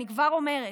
אני כבר אומרת,